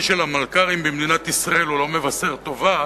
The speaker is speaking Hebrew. המלכ"רים במדינת ישראל לא מבשר טובה